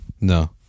No